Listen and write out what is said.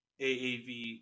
AAV